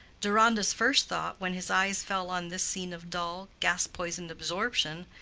deronda's first thought when his eyes fell on this scene of dull, gas-poisoned absorption,